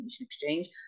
Exchange